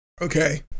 Okay